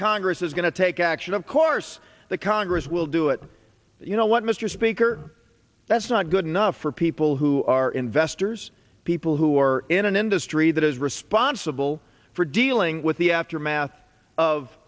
congress is going to take action of course the congress will do it you know what mr speaker that's not good enough for people who are investors people who are in an industry that is responsible for dealing with the aftermath of